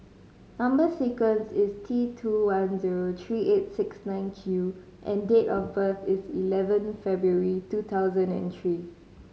number sequence is T two one zero three eight six nine Q and date of birth is eleven February two thousand and three